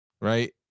right